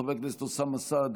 חבר הכנסת אוסאמה סעדי,